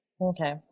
Okay